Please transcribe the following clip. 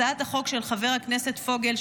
הצעת החוק של חבר הכנסת פוגל,